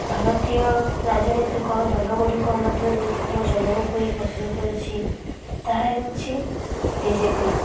ଭାରତୀୟ ରାଜନୈତିକ ଦଲଗୁଡ଼ିକ ମଧ୍ୟରୁ ମୁଁ ଜନଙ୍କୁ ହିଁ ପସନ୍ଦ କରୁଛି ତାହା ହେଉଛି ବିଜେପି